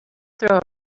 throw